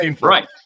Right